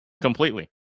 completely